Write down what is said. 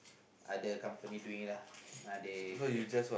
other company doing it uh they pay